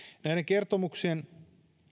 näiden kertomuksien